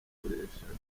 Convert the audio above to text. yakoreshaga